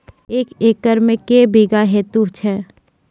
एक एकरऽ मे के बीघा हेतु छै?